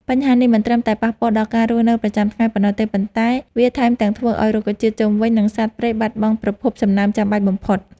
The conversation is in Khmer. បញ្ហានេះមិនត្រឹមតែប៉ះពាល់ដល់ការរស់នៅប្រចាំថ្ងៃប៉ុណ្ណោះទេ ប៉ុន្តែវាថែមទាំងធ្វើឱ្យរុក្ខជាតិជុំវិញ និងសត្វព្រៃបាត់បង់ប្រភពសំណើមចាំបាច់បំផុត។